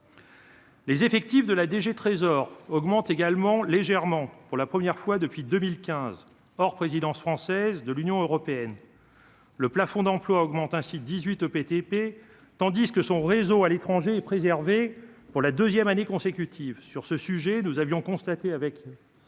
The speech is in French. Les effectifs de la DG Trésor augmente également légèrement pour la première fois depuis 2015 hors présidence française de l'Union européenne, le plafond d'emplois augmentent ainsi 18 au BTP, tandis que son réseau à l'étranger et préserver pour la 2ème année consécutive sur ce sujet, nous avions constaté avec